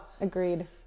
agreed